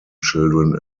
children